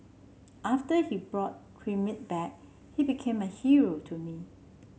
after he brought Crimea back he became a hero to me